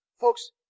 folks